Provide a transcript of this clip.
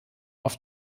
auf